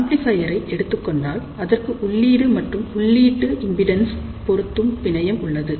amplifier எடுத்துக்கொண்டால் அதற்கு உள்ளீடு மற்றும் உள்ளீட்டு இம்பிடன்ஸ் பொருத்தும் பிணையம் உள்ளது